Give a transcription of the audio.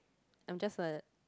I'm just a